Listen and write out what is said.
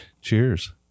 Cheers